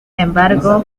embargo